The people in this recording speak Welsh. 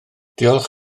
diolch